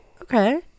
Okay